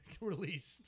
released